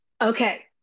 okay